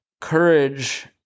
courage